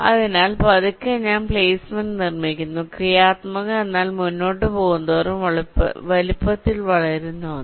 അതിനാൽ പതുക്കെ ഞാൻ പ്ലെയ്സ്മെന്റ് നിർമ്മിക്കുന്നു ക്രിയാത്മകം എന്നാൽ മുന്നോട്ട് പോകുന്തോറും വലുപ്പത്തിൽ വളരുന്ന ഒന്ന്